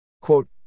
Quote